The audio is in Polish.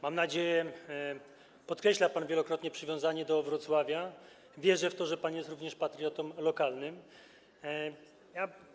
Mam nadzieję, podkreśla pan wielokrotnie przywiązanie do Wrocławia, wierzę w to, że pan jest również lokalnym patriotą.